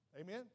Amen